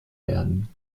werden